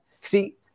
see